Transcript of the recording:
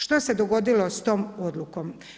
Što se dogodilo s tom odlukom?